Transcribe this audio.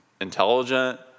intelligent